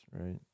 right